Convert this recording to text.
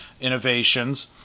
innovations